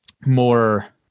more